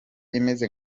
imeze